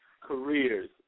Careers